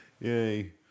yay